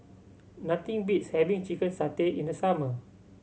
nothing beats having chicken satay in the summer